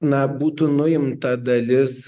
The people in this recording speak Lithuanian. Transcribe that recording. na būtų nuimta dalis